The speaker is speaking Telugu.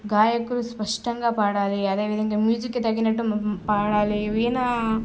గాయకులు స్పష్టంగా పాడాలి అదేవిధంగా మ్యూజిక్కి తగినట్టు పాడాలి వీణ